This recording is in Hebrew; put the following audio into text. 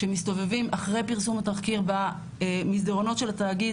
כשמסתובבים אחרי פרסום התחקיר במסדרונות של התאגיד